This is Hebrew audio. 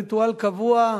והנה באמת בריטואל קבוע,